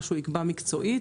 מה שהוא יקבע מקצועית,